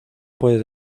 puede